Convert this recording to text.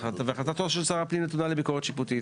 והחלטתו של שר הפנים נתונה לביקורת שיפוטית,